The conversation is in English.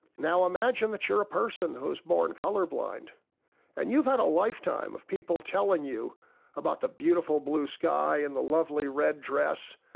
now, imagine that you're a person who is born colour-blind and you've had a lifetime of people telling you about the beautiful blue sky and the lovely red dress,